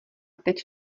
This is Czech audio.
teď